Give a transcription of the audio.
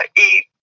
eat